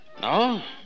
No